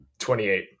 28